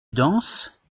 danses